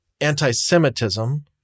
anti-Semitism